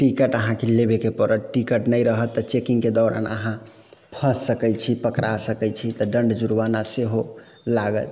ticket अहाँके लेबेके पड़त टिकट नहि रहत तऽ चेकिंगके दौरान अहाँ फँसि सकै छी पकड़ा सकै छी तऽ दण्ड जुड़वाना सेहो लागत